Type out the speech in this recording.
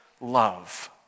love